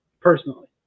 personally